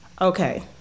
Okay